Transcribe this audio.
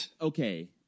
Okay